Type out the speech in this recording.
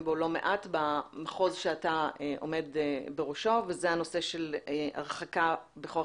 לא מעט במחוז שאתה עומד בראשו וזה הנושא של הרחקה בכוח